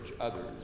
others